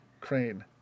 crane